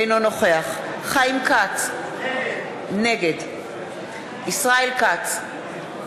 אינו נוכח חיים כץ, נגד ישראל כץ, אינו נוכח עליזה